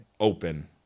open